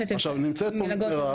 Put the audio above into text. עכשיו נמצאת פה מירב,